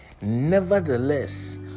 Nevertheless